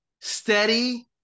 steady